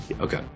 Okay